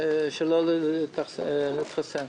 שלא להתחסן.